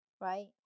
right